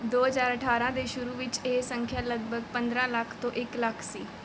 ਦੋ ਹਜ਼ਾਰ ਅਠਾਰ੍ਹਾਂ ਦੇ ਸ਼ੁਰੂ ਵਿੱਚ ਇਹ ਸੰਖਿਆ ਲਗਭਗ ਪੰਦਰ੍ਹਾਂ ਲੱਖ ਤੋਂ ਇੱਕ ਲੱਖ ਸੀ